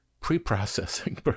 Pre-processing